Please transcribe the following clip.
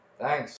Thanks